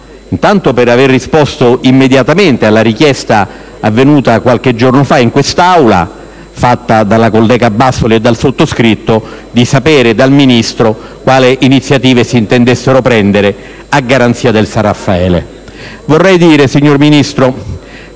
intanto per aver risposto immediatamente alla richiesta formulata qualche giorno fa in quest'Aula dalla collega Bassoli e dal sottoscritto volta a sapere dal Ministro quali iniziative si intendessero prendere a garanzia del San Raffaele. Signor Ministro,